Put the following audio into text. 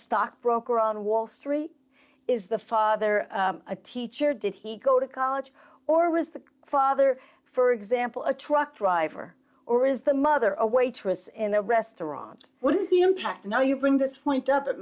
stockbroker on wall street is the father a teacher did he go to college or was the father for example a truck driver or is the mother a waitress in a restaurant what is the impact now you bring this point up it